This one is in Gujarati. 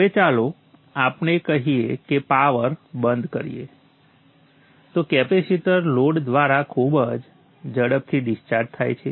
હવે ચાલો આપણે કહીએ કે પાવર બંધ કરીએ તો કેપેસિટર લોડ દ્વારા ખૂબ જ ઝડપથી ડિસ્ચાર્જ થાય છે